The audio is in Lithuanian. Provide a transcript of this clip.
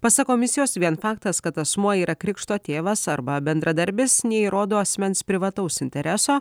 pasak komisijos vien faktas kad asmuo yra krikšto tėvas arba bendradarbis neįrodo asmens privataus intereso